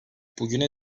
bugüne